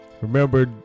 Remember